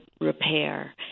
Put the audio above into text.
repair